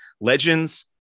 Legends